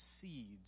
seeds